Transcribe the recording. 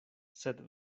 sed